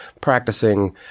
practicing